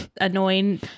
annoying